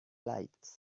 lights